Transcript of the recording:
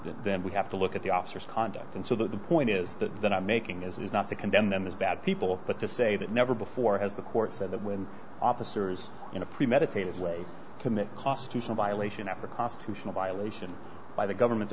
then we have to look at the officer's conduct and so the point is that i'm making is not to condemn them as bad people but to say that never before has the court said that when officers in a premeditated way commit to some violations after constitutional violation by the government's